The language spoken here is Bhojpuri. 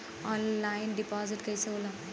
ऑनलाइन डिपाजिट कैसे होला?